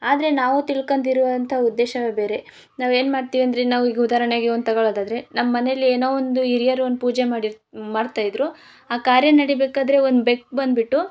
ಆದರೆ ನಾವು ತಿಳ್ಕೊಂಡಿರುವಂತ ಉದ್ದೇಶವೇ ಬೇರೆ ನಾವು ಏನು ಮಾಡ್ತೀವಿ ಅಂದರೆ ನಾವೀಗ ಉದಾಹರಣೆಗೆ ಒಂದು ತಗೋಳೋದಾದರೆ ನಮ್ಮ ಮನೇಲಿ ಏನೋ ಒಂದು ಹಿರಿಯರು ಒಂದು ಪೂಜೆ ಮಾಡಿ ಮಾಡ್ತಾಯಿದ್ರು ಆ ಕಾರ್ಯ ನಡಿಬೇಕಾದರೆ ಒಂದು ಬೆಕ್ಕು ಬಂದುಬಿಟ್ಟು